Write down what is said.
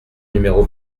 numéro